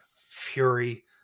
fury